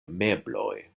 mebloj